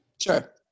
sure